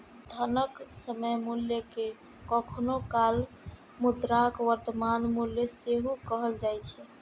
धनक समय मूल्य कें कखनो काल मुद्राक वर्तमान मूल्य सेहो कहल जाए छै